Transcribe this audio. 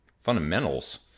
fundamentals